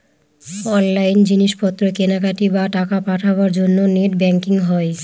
online জিনিস পত্র কেনাকাটি, বা টাকা পাঠাবার জন্য নেট ব্যাঙ্কিং হয়